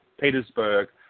Petersburg